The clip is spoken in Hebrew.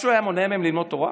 משהו היה מונע מהם ללמוד תורה?